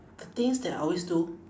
the things that I always do